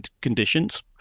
conditions